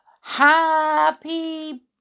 happy